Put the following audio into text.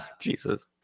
Jesus